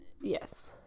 Yes